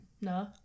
No